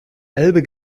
elbe